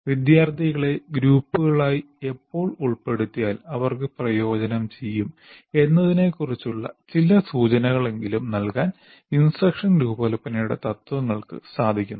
വിദ്യാർത്ഥികളെ ഗ്രൂപ്പുകളായി എപ്പോൾ ഉൾപ്പെടുത്തിയാൽ അവർക്ക് പ്രയോജനം ചെയ്യും എന്നതിനെക്കുറിച്ചുള്ള ചില സൂചനകൾ എങ്കിലും നൽകാൻ ഇൻസ്ട്രക്ഷൻ രൂപകൽപ്പനയുടെ തത്ത്വങ്ങൾക്ക് സാധിക്കുന്നു